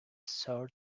sir